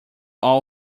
all